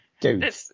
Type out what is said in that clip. dude